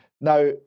Now